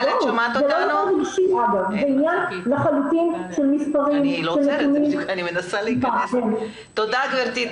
זה לא --- זה עניין לחלוטין של מספרים --- תודה סיגל.